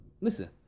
listen